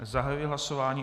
Zahajuji hlasování o A9.